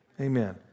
Amen